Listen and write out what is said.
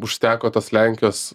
užteko tos lenkijos